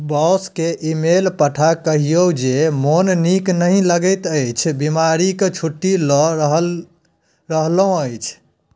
boss केँ email पठा कहियौ जे मोन नीक नहि लगैत अछि बीमारीक छुट्टी लऽ रहलहुॅं अछि